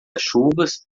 chuvas